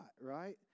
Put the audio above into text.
right